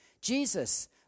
Jesus